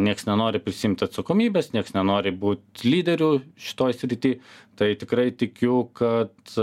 nieks nenori prisiimti atsakomybės nieks nenori būt lyderiu šitoj srity tai tikrai tikiu kad